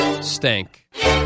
Stank